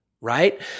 right